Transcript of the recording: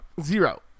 zero